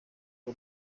rwo